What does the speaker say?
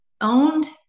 owned